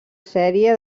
sèrie